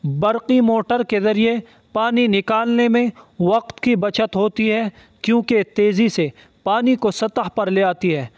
برقی موٹر کے ذریعے پانی نکالنے میں وقت کی بچت ہوتی ہے کیونکہ تیزی سے پانی کو سطح پر لے آتی ہے